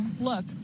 Look